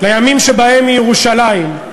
לימים שבהם ירושלים,